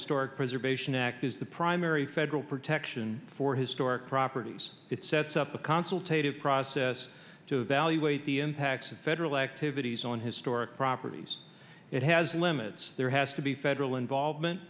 historic preservation act is the primary federal protection for historic properties it sets up a consultation process to evaluate the impacts of federal activities on historic properties it has limits there has to be federal involvement